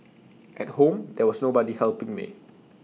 at home there was nobody helping me